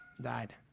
died